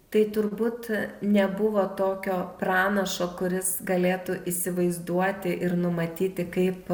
tai turbūt nebuvo tokio pranašo kuris galėtų įsivaizduoti ir numatyti kaip